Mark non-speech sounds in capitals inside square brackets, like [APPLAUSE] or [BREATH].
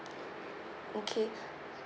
okay [BREATH]